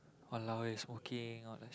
!walao! eh smoking all that